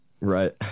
Right